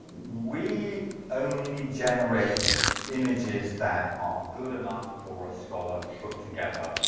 we only generate images that are good enough for a scholar to put together